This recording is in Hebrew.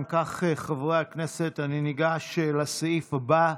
אם כך, חברי הכנסת, אני ניגש לסעיף הבא: